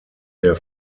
der